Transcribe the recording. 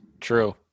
True